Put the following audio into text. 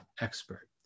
expert